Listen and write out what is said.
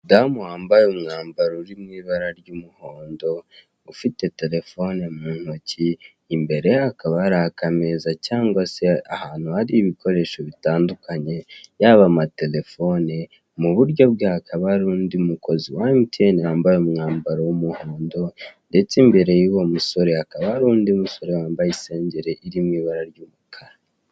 Umudamu wambaye umwambaro uri mu ibara ry'umuhondo, ufite terefone mu ntoki imbere ye hakaba hari akameza cyangwa se ahantu hari ibikoresho bitandukanye yaba amaterefone mu buryo bwe hakaba hari undi mukozi wa emutiyene wambaye umwambaro w'umuhondo ndetse imbere y'uwo musore hakaba hari undi musore wambaye isengeri iri mu ibara ry'umukara.